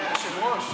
אדוני היושב-ראש,